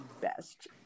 best